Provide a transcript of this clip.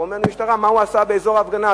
במשטרה אומרים, מה הוא עשה באזור ההפגנה?